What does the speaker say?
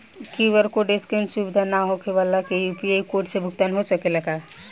QR code scan सुविधा ना होखे वाला के यू.पी.आई कोड से भुगतान हो सकेला का?